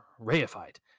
reified